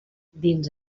dins